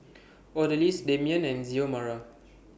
Odalys Damion and Xiomara